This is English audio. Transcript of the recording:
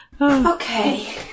Okay